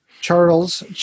Charles